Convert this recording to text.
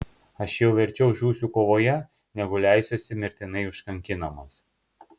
aš jau verčiau žūsiu kovoje negu leisiuosi mirtinai užkankinamas